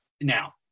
now